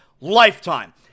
lifetime